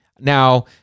Now